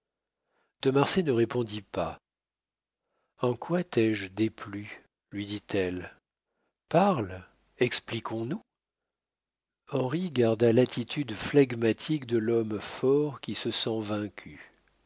marsay ne répondit pas en quoi t'ai-je déplu lui dit-elle parle expliquons-nous henri garda l'attitude flegmatique de l'homme fort qui se sent vaincu